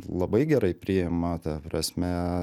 labai gerai priima ta prasme